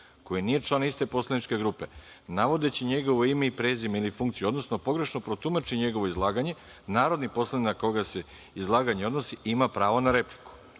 koji nije član iste poslaničke grupe navodeći njegovo ime i prezime ili funkciju, odnosno pogrešno protumači njegovo izlaganje, narodni poslanik na koga se izlaganje odnosi ima pravo na repliku.